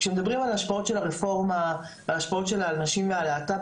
כשמדברים על השפעות של הרפורמה ועל ההשפעות שלה על נשים ועל להט"ב,